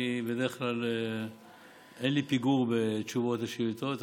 בדרך כלל אין לי פיגור בתשובות על השאילתות.